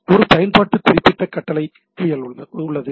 ஒரு பயன்பாட்டு குறிப்பிட்ட கட்டளை உள்ளது